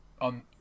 on